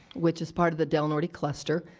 which is part of the del norte cluster,